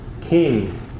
king